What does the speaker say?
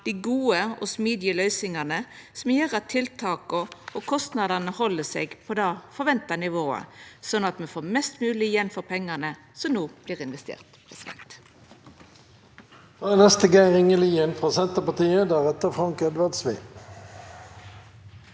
dei gode og smidige løysingane, som gjer at tiltak og kostnader held seg på det forventa nivået, slik at me får mest mogleg igjen for pengane som no vert investerte.